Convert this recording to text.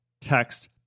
text